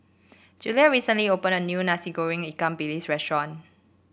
Juliet recently opened a new Nasi Goreng Ikan Bilis restaurant